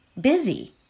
busy